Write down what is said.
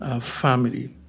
Family